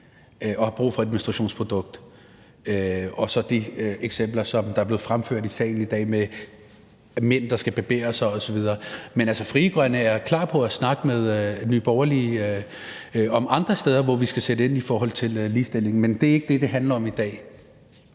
og har brug for et menstruationsprodukt, og så de eksempler, der er blevet fremført i salen i dag med mænd, der skal barbere sig osv. Men Frie Grønne er klar på at snakke med Nye Borgerlige om andre steder, hvor vi skal sætte ind i forhold til ligestillingen, men det er ikke det, det handler om i dag.